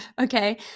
Okay